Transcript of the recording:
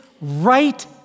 right